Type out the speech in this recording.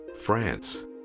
France